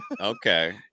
Okay